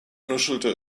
nuschelte